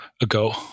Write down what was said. ago